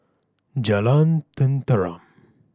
Jalan Tenteram